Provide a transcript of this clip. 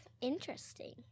Interesting